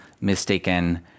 mistaken